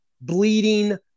bleeding